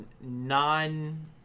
non